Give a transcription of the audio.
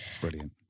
brilliant